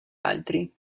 altri